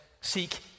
seek